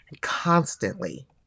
constantly